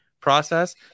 process